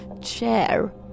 chair